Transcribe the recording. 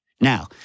Now